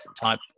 type